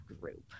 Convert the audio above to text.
group